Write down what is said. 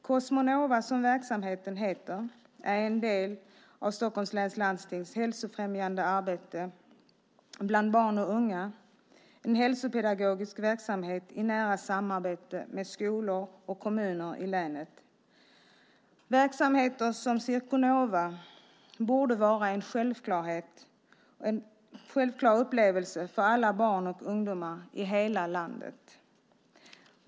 Circonova som verksamheten heter är en del av Stockholms läns landstings hälsofrämjande arbete bland barn och unga, en hälsopedagogisk verksamhet i nära samarbete med skolor och kommuner i länet. Verksamheter som Circonova borde vara en självklar upplevelse för alla barn och ungdomar i hela landet.